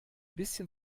bisschen